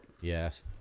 Yes